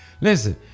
listen